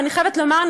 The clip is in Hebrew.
ואני חייבת לומר,